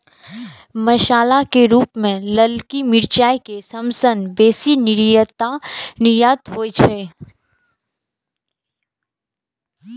मसाला के रूप मे ललकी मिरचाइ के सबसं बेसी निर्यात होइ छै